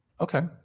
Okay